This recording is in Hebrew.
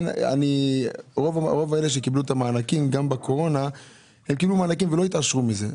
הרי רוב מי שקיבלו מענקים בעת הקורונה לא התעשרו מזה.